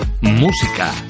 Música